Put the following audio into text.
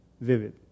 vivid